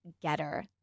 getter